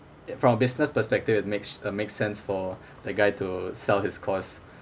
from a business perspective it makes it makes sense for the guy to sell his course